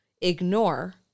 ignore